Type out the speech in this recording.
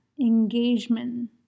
engagement